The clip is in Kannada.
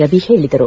ರವಿ ಹೇಳಿದರು